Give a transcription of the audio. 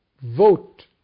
vote